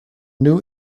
new